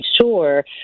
sure